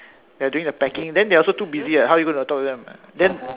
they are doing the packing then they are also too busy [what] how are you going to talk to them then